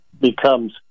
becomes